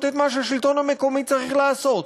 את מה שהשלטון המקומי צריך לעשות.